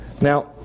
Now